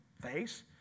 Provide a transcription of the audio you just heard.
face